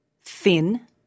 thin